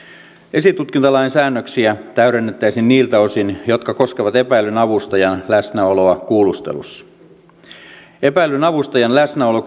esitutkintalain säännöksiä täydennettäisiin niiltä osin jotka koskevat epäillyn avustajan läsnäoloa kuulustelussa epäillyn avustajan läsnäolo